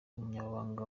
umunyamabanga